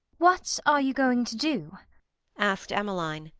what are you going to do asked emmeline,